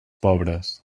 pobres